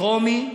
טרומית,